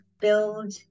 build